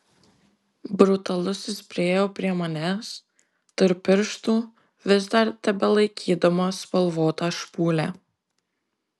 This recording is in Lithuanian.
brutalusis priėjo prie manęs tarp pirštų vis dar tebelaikydamas spalvotą špūlę